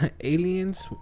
aliens